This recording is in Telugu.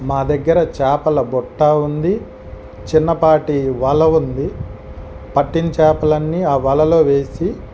మా దగ్గర చేపల బుట్ట ఉంది చిన్నపాటి వల ఉంది పట్టిన చేపలన్నీ ఆ వలలో వేసి